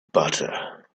butter